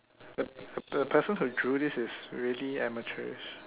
the the person who drew this is really amateurish